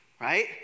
right